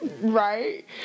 Right